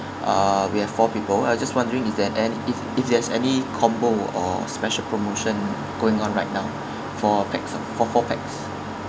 uh we have four people I just wondering if there any if if there's any combo or special promotion going on right now four pax ah for four pax